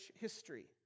history